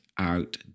Out